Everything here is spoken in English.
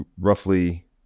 roughly